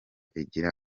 igira